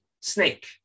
snake